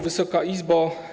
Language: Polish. Wysoka Izbo!